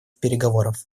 переговоров